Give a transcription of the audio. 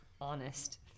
honest